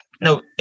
no